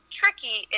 tricky